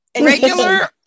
Regular